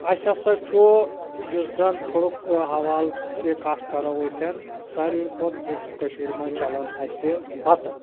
اَسہِ ہَسا چھُ یُس زَن فُڈُک ہوال چہِ کتھ کرو أسٮ۪ن ساروی کھۄتہٕ فُڈ چھُ کٔشیٖرِ مَنٛز چَلان اَسہِ بَتہٕ